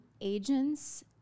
agents